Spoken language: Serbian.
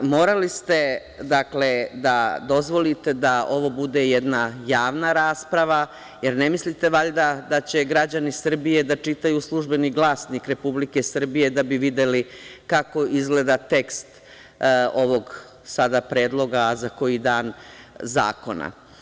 Dakle, morali ste da dozvolite da ovo bude jedna javna rasprava, jer ne mislite valjda da će građani Srbije da čitaju „Službeni glasnik Republike Srbije“ da bi videli kako izgleda tekst ovog sada Predloga, a za koji dan i zakona?